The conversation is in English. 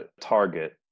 target